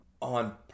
on